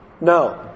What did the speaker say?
No